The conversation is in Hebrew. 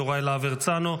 יוראי להב הרצנו,